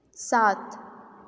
सात